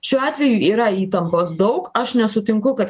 šiuo atveju yra įtampos daug aš nesutinku kad